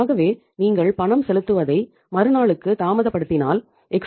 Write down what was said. ஆகவே நீங்கள் பணம் செலுத்துவதை மறுநாளுக்கு தாமதப்படுத்தினால் எக்ஸ்